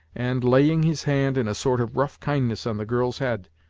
and laying his hand in a sort of rough kindness on the girl's head,